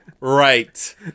right